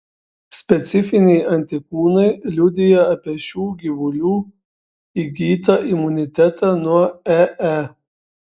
specifiniai antikūnai liudija apie šių gyvulių įgytą imunitetą nuo ee